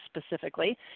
specifically